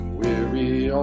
weary